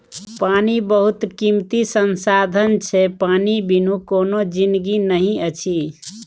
पानि बहुत कीमती संसाधन छै पानि बिनु कोनो जिनगी नहि अछि